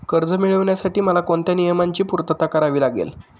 कर्ज मिळविण्यासाठी मला कोणत्या नियमांची पूर्तता करावी लागेल?